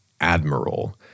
Admiral